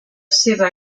seva